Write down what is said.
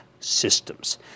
Systems